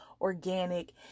organic